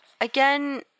again